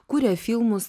kuria filmus